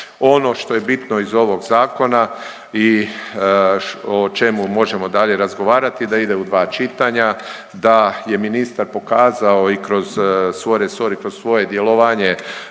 Ono što je bitno iz ovog zakona i o čemu možemo dalje razgovarati da ide u dva čitanja, da je ministar pokazao i kroz svoj resor